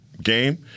game